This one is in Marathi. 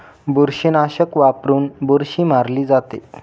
बुरशीनाशक वापरून बुरशी मारली जाते